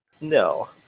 No